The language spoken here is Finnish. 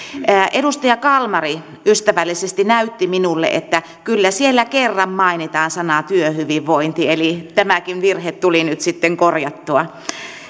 edustaja kalmari ystävällisesti näytti minulle että kyllä siellä kerran mainitaan sana työhyvinvointi eli tämäkin virhe tuli nyt sitten korjattua